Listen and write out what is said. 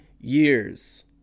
years